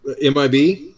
MIB